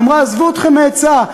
אמרה: עזבו אתכם מהיצע,